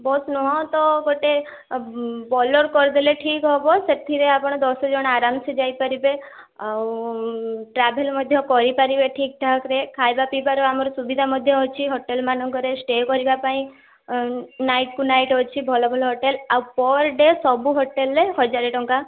bus ନୁହଁ ତ ଗୋଟେ ବୋଲେର କରିଦେଲେ ଠିକ୍ ହେବ ସେଥିରେ ଆପଣ ଦଶ ଜଣ ଆରାମ ସେ ଯାଇ ପାରିବେ ଆଉ ଟ୍ରାଭେଲ୍ ମଧ୍ୟ କରିପାରିବେ ଠିକ୍ ଠାକ୍ରେ ଖାଇବା ପିଇବାର ଆମର ସୁବିଧା ମଧ୍ୟ ଅଛି ହୋଟେଲ୍ ମାନଙ୍କରେ ଷ୍ଟେ କରିବାପାଇଁ ନାଇଟ୍କୁ ନାଇଟ୍ ଅଛି ହୋଟେଲ ଆଉ ପର୍ ଡେ ସବୁ ହୋଟେଲ୍ରେ ହଜାର ଟଙ୍କା